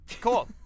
cool